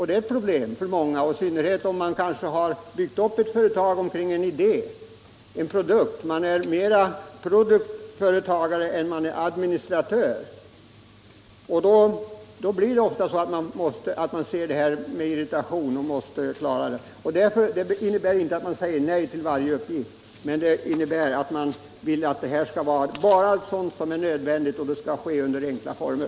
Det är ett problem för många, i synnerhet för dem som byggt upp ett företag kring en idé, en produkt. De är mer produktföretagare än administratörer. Då blir det ofta så att de ser på uppgiftslämnandet med irritation, men ändå måste klara det. Vårt förslag innebär inte att man säger nej till varje uppgift. Det innebär att bara nödvändiga uppgifter skall lämnas och att det skall ske under enkla former.